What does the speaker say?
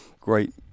great